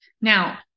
Now